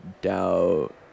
doubt